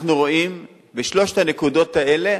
אנחנו רואים, בשלוש הנקודות האלה